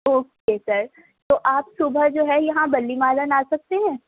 okay sir تو آپ صبح جو ہے یہاں بلی ماران آ سکتے ہیں